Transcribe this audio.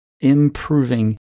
Improving